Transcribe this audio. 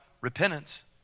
repentance